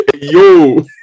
Yo